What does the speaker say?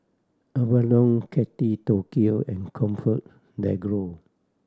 Avalon Kate Tokyo and ComfortDelGro